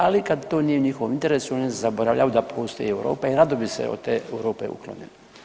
Ali kad to nije u njihovom interesu oni zaboravljaju da postoji Europa i rado bi se od te Europe uklonili.